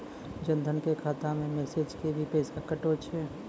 जन धन के खाता मैं मैसेज के भी पैसा कतो छ?